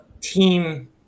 team